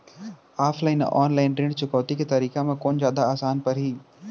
Offline अऊ online ऋण चुकौती के तरीका म कोन जादा आसान परही?